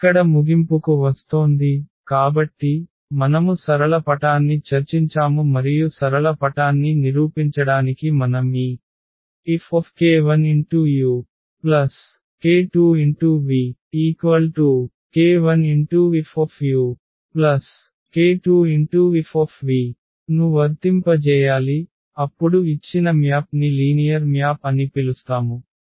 ఇక్కడ ముగింపుకు వస్తోంది కాబట్టి మనము సరళ పటాన్ని చర్చించాము మరియు సరళ పటాన్ని నిరూపించడానికి మనం ఈ Fk1uk2vk1Fuk2Fv ను వర్తింపజేయాలి అప్పుడు ఇచ్చిన మ్యాప్ ని లీనియర్ మ్యాప్ అని పిలుస్తాము